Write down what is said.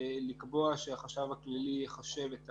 לקבוע שהחשב הכללי יחשב את